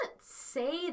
say